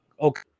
okay